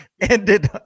ended